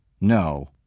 no